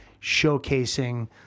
showcasing